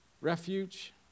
Refuge